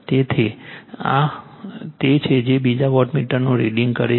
તેથી આ તે છે જે બીજા વોટમીટરનું રીડિંગ કરે છે